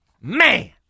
Man